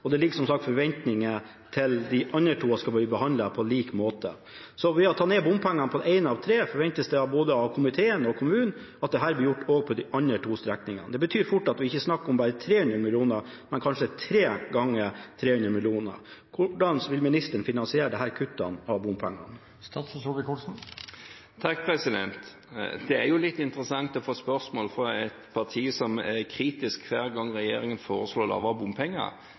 og det er som sagt forventninger til at de andre to blir behandlet på lik måte. Ved å ta ned bompenger på en av tre forventes det både av komiteen og kommunen at dette blir gjort også på de andre to strekningene. Det betyr fort at det ikke er snakk om bare 300 mill. kr, men kanskje tre ganger tre hundre millioner. Hvordan vil ministeren finansiere disse kuttene i bompenger? Det er litt interessant å få et sånt spørsmål fra et parti som er kritisk hver gang regjeringen foreslår lavere bompenger,